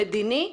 מדיני,